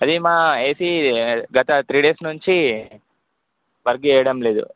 అదే మా ఏసి గత త్రీ డేస్ నుంచి వర్క్ చేయడం లేదు